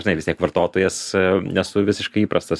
žinai vis tiek vartotojas esu visiškai įprastas